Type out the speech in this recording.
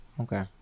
okay